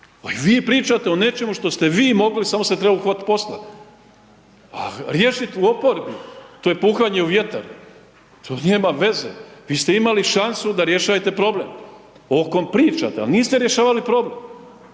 Vi pričate o nečemu što ste vi mogli, samo se treba uhvatiti posla. A riješiti u oporbi, to je puhanje u vjetar, to nema veze, vi ste imali šansu da rješajete problem, o kom pričate, al, niste rješavali problem.